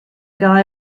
guy